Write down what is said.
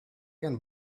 can